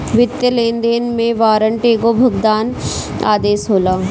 वित्तीय लेनदेन में वारंट एगो भुगतान आदेश होला